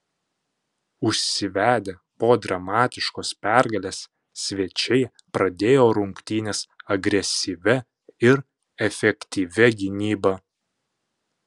užsivedę po dramatiškos pergalės svečiai pradėjo rungtynes agresyvia ir efektyvia gynyba